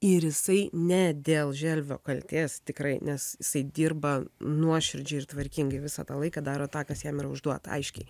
ir jisai ne dėl želvio kaltės tikrai nes isai dirba nuoširdžiai ir tvarkingai visą tą laiką daro tą kas jam yra užduota aiškiai